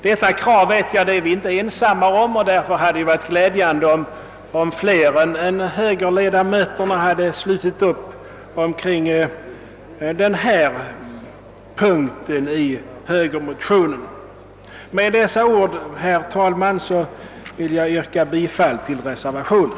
Detta krav är vi inte ensamma om, och därför hade det varit glädjande om fler än högerledamöterna hade slutit upp omkring denna punkt i högermotionen. Med dessa ord, herr talman, vill jag yrka bifall till reservationen.